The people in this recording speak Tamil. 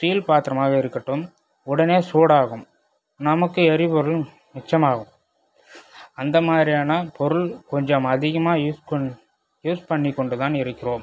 ஸ்டீல் பாத்திரமாக இருக்கட்டும் உடனே சூடாகும் நமக்கு எரிபொருள் மிச்சமாகும் அந்தமாதிரியான பொருள் கொஞ்சம் அதிகமாக யூஸ் பண்ணி யூஸ் பண்ணிக்கொண்டுதான் இருக்கிறோம்